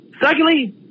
Secondly